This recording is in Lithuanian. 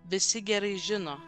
visi gerai žino